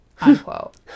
Unquote